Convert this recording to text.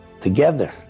together